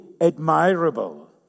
admirable